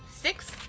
Six